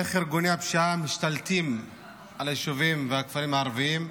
איך ארגוני הפשיעה משתלטים על היישובים והכפרים הערביים.